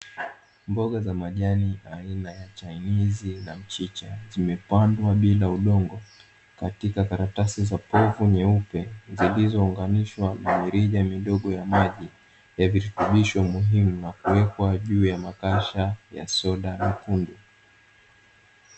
Mboga za majani aina ya Chainizi na mchicha zimepandwa bila udongo katika karatasi za povu nyeupe, zilizo unganishwa na mirija midogo ya maji, ya virutubisho muhimu na kuwekwa juu ya makasha ya soda mekundu.